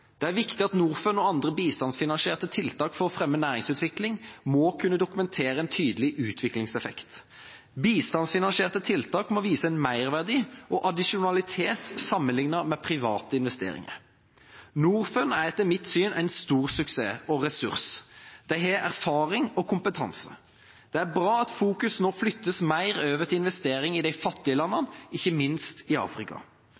Det er viktig at Norfund og andre bistandsfinansierte tiltak for å fremme næringsutvikling må kunne dokumentere en tydelig utviklingseffekt. Bistandsfinansierte tiltak må vise en merverdi og addisjonalitet sammenlignet med private investeringer. Norfund er etter mitt syn en stor suksess og ressurs; de har erfaring og kompetanse. Det er bra at fokus nå flyttes mer over til investeringer i de fattige